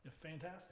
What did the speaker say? Fantastic